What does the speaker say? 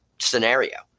scenario